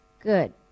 Good